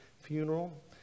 funeral